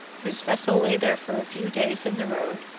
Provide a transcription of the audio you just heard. whose vessel lay there for a few days in the road,